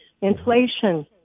inflation